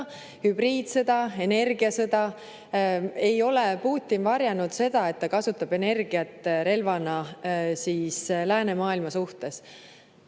hübriidsõda, energiasõda. Ei ole Putin varjanud seda, et ta kasutab energiat relvana läänemaailma vastu.